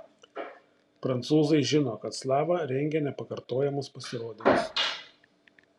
prancūzai žino kad slava rengia nepakartojamus pasirodymus